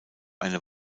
eine